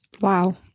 Wow